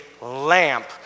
lamp